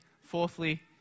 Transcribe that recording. fourthly